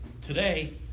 Today